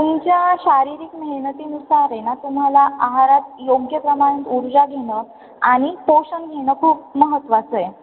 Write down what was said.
तुमच्या शारीरिक मेहनतीनुसार आहे ना तुम्हाला आहारात योग्य प्रमाणात ऊर्जा घेणं आणि पोषण घेणं खूप महत्त्वाचं आहे